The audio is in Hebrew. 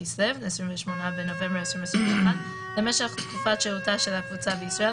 בכסלו התשפ״ב (28 בנובמבר 2021) למשך תקופת שהותה של הקבוצה בישראל